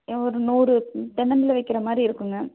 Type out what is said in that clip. ஒரு நூறு தென்னம்பிள்ளை வைக்கிற மாதிரி இருக்கும்ங்க